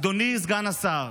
אדוני סגן השר,